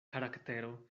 karaktero